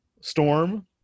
storm